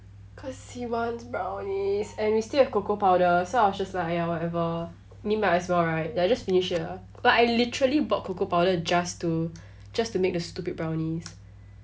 cause he wants brownies and we still have cocoa powder so I was just like ya whatever I mean might as well right ya just finish it ah but I literally bought cocoa powder just to just to make the stupid brownies